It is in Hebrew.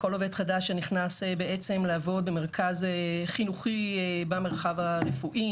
כל עובד חדש שנכנס בעצם לעבוד במרכז חינוכי במרחב הרפואי,